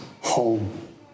home